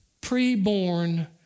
Pre-born